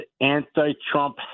anti-Trump